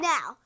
Now